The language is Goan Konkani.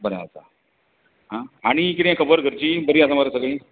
बरें आसा आनी कितें खबर घरची बरी आसा मरे सगळीं